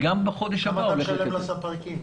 כמה אתה משלם לספקים?